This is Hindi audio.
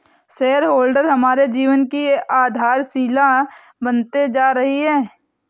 शेयर होल्डर हमारे जीवन की आधारशिला बनते जा रही है